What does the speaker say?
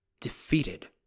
defeated